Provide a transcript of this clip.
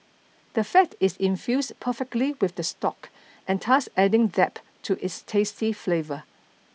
the fat is infused perfectly with the stock and thus adding depth to its tasty flavour